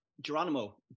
geronimo